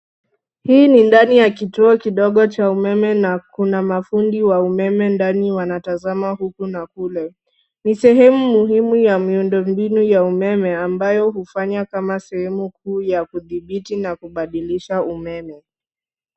Hii ni ndani ya kituo kidogo cha umeme na kuna mafundi wa umeme ndani wanatazama huku na kule. Ni sehemu muhimu ya miundo mbinu ya umeme ambayo hufanya kama sehemu kuu ya kudhibiti na kubadilisha umeme.